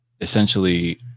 essentially